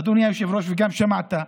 אדוני היושב-ראש, וגם אתה שמעת,